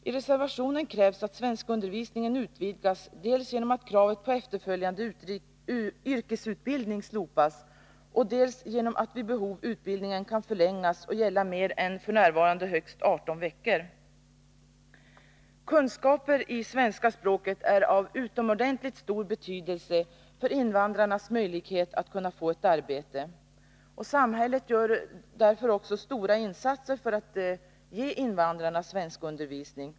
I reservationen krävs att svenskundervisningen utvidgas dels genom att kravet på efterföljande yrkesutbildning slopas, dels genom att vid behov utbildningen kan förlängas och gälla mer än f. n. högst 18 veckor. Kunskaper i svenska språket är av utomordentligt stor betydelse för invandrarnas möjlighet att få arbete. Samhället gör därför stora insatser för att ge invandrare svenskundervisning.